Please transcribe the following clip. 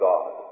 God